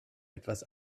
etwas